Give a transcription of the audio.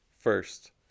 first